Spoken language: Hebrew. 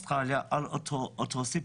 וזה קיים באוסטרליה על אותו סיפור,